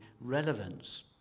relevance